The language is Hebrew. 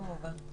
כמובן.